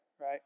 right